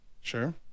Sure